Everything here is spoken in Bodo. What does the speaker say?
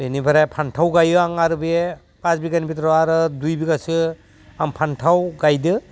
बेनिफ्राय फानथाव गायो आं आरो बे फास बिगानि भिथोराव आरो दुइ बिगासो आं फानथाव गायदों